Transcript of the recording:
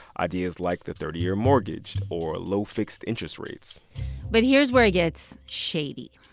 ideas like the thirty year mortgage or low fixed-interest rates but here's where it gets shady.